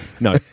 No